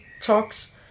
talks